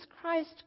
Christ